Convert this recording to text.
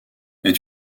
est